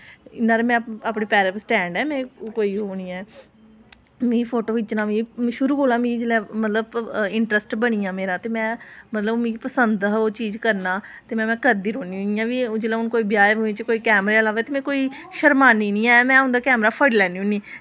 इ'न्नी हारी में अपनें पैरें पर स्टैंड ऐ में कोई ओह् निं ऐ मिगी फोटो खिच्चना बी शुरू कोला मीं जेल्लै मतलब इंट्रस्ट बनी गेआ मेरा ते में मतलब मिगी पसंद ही ओह् चीज़ करना ते में करदी रौह्न्नी इ'यां बी जेल्लै हून कोई ब्याहें ब्यूहें च कैमरे आह्ला लभदा ते में कोई शरमान्नी नी ऐं में उं'दा कैमरा फड़ी लैन्नी होन्नी